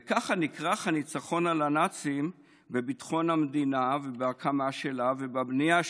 וכך נכרך הניצחון על הנאצים בביטחון המדינה ובהקמה שלה ובבנייה שלה.